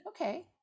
Okay